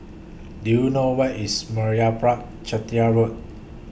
Do YOU know Where IS Meyappa Chettiar Road